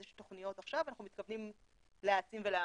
אז יש תוכניות עכשיו ואנחנו מתכוונים להעצים ולהעמיק.